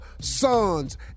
sons